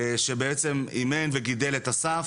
שבעצם אימן וגידל את אסף,